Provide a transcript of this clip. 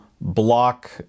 block